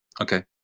Okay